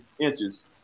inches